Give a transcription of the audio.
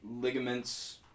ligaments